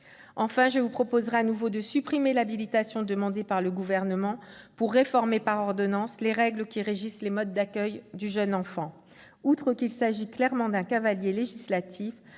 Enfin, je vous proposerai à nouveau de supprimer l'habilitation demandée par le Gouvernement pour réformer par ordonnances les règles qui régissent les modes d'accueil du jeune enfant. Outre qu'il s'agit clairement d'un cavalier législatif,